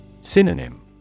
Synonym